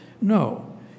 No